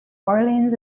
orleans